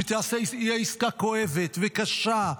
שתהיה עסקה כואבת וקשה,